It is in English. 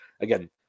again